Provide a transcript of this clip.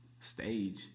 stage